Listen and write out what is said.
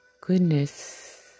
Goodness